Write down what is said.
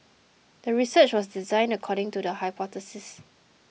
the research was designed according to the hypothesis